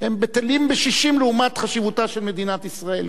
האישים בטלים בשישים לעומת חשיבותה של מדינת ישראל.